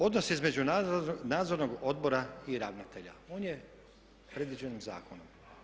Odnos između nadzornog odbora i ravnatelja, on je predviđen zakonom.